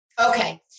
Okay